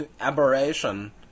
aberration